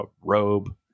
robe